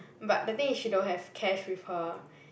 but the thing is she don't have cash with her